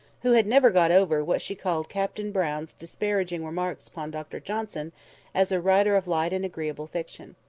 who had never got over what she called captain brown's disparaging remarks upon dr johnson as a writer of light and agreeable fiction.